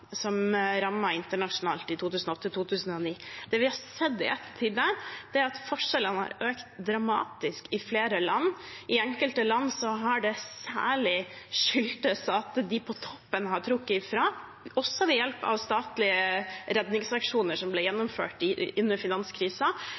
som rammet internasjonalt i 2008–2009. Det vi har sett i ettertid, er at forskjellene har økt dramatisk i flere land. I enkelte land har det særlig skyldtes at de på toppen har trukket ifra – også ved hjelp av statlige redningsaksjoner som ble